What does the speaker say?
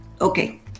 Okay